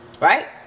Right